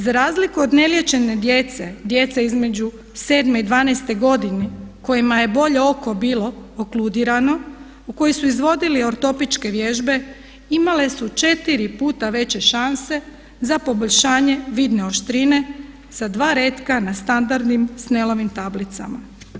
Za razliku od neliječene djece, djece između 7 i 12 godine kojima je bolje oko bilo okulirano, u koje su izvodili ortopičke vježbe imale su 4 puta veće šanse za poboljšanje vidne oštrine sa dva retka na standardnim snelovim tablicama.